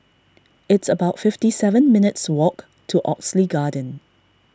it's about fifty seven minutes' walk to Oxley Garden